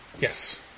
Yes